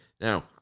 Now